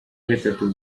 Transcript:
gatatu